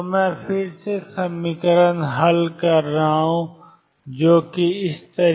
तो मैं फिर से जो समीकरण हल कर रहा हूं वह है 22m